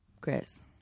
chris